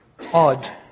odd